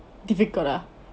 difficult ah